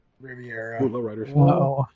Riviera